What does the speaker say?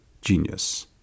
genius